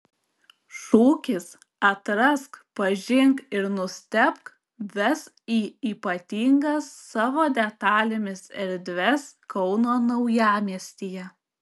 šūkis atrask pažink ir nustebk ves į ypatingas savo detalėmis erdves kauno naujamiestyje